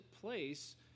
place